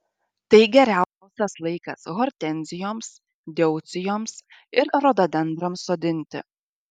tai geriausias laikas hortenzijoms deucijoms ir rododendrams sodinti